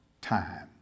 time